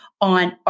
on